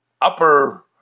upper